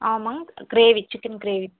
ஆமாங்க gravy chicken gravy